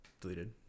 deleted